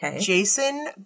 Jason